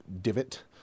divot